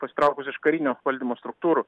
pasitraukus iš karinio valdymo struktūrų